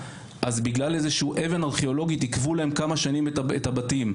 אז בגלל אבן ארכיאולוגית עיכבו להם כמה שנים את הבתים,